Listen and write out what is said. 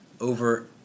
over